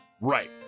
Right